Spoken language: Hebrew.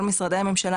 כל משרדי הממשלה,